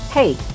Hey